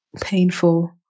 painful